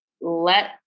let